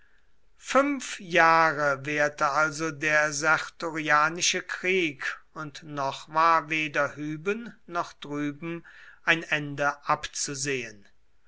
fünf jahre währte also der sertorianische krieg und noch war weder hüben noch drüben ein ende abzusehen